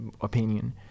opinion